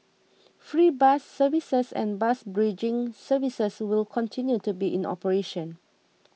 free bus services and bus bridging services will continue to be in operation